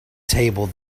table